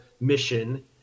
mission